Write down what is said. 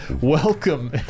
Welcome